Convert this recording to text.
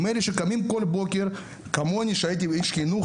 עם אלה שקמים כל בוקר כמוני כשהייתי איש חינוך,